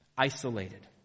Isolated